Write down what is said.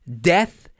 death